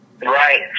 Right